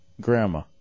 grandma